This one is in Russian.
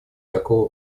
такого